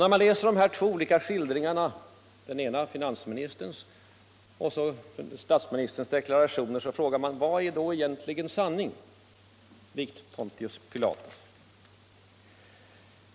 När man läser dessa två olika skildringar — finansministerns och statsministerns — frågar man sig likt Pontius Pilatus: Vad är sanning?